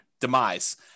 demise